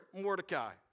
Mordecai